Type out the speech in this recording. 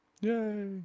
Yay